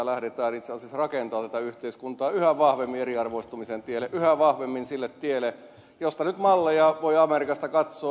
lähdetään itse asiassa rakentamaan tätä yhteiskuntaa yhä vahvemmin eriarvoistumisen tielle yhä vahvemmin sille tielle josta nyt malleja voi amerikasta katsoa